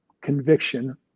conviction